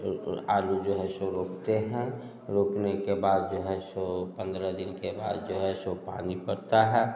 आलू जो है सो रोपते हैं रोपने के बाद भी है सो पंद्रह दिन के बाद जो है सो पानी पड़ता है